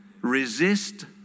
Resist